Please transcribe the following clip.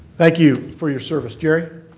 thank you for your service. jerry.